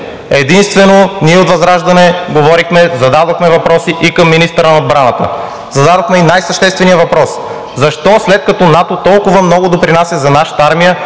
Единствено ние от ВЪЗРАЖДАНЕ говорихме, зададохме въпроси и към министъра на отбраната, зададохме и най-съществения въпрос: защо, след като НАТО толкова много допринася за нашата армия,